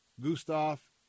Gustav